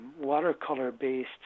watercolor-based